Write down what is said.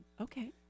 Okay